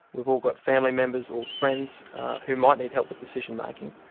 we've all got family members or friends who might need help with decision-making,